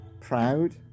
proud